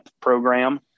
program